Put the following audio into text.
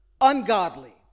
ungodly